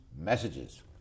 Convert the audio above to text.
messages